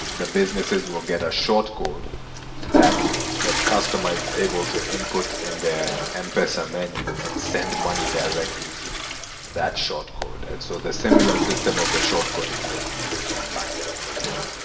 the businesses will get a short code that the customer is able to input in their m-pesa menu and send money directly to that short code. and so the similar system of the short code is what we use online as well,